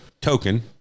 Token